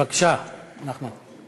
בבקשה, נחמן.